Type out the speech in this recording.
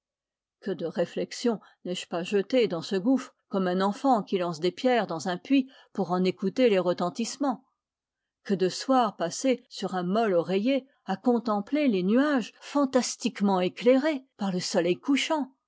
que de réflexions n'ai-je pas jetées dans ce gouffre comme un enfant qui lance des pierres dans un puits pour en écouter les retentissements que de soirs passés sur un mol oreiller à contempler les nuages fantastiquement éclairés par le soleil couchant